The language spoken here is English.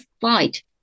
fight